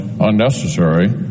unnecessary